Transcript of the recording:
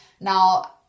Now